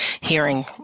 hearing